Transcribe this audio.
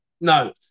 No